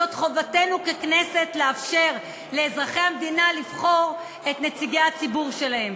זאת חובתנו ככנסת לאפשר לאזרחי המדינה לבחור את נציגי הציבור שלהם.